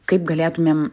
kaip galėtumėm